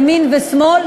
ימין ושמאל,